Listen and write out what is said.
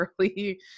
early